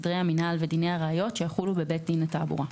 סדרי המינהל ודיני ראיות שיחולו בבית דין לתעבורה.